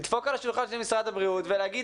לדפוק על השולחן של משרד הבריאות ולהגיד